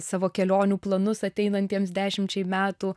savo kelionių planus ateinantiems dešimčiai metų